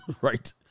Right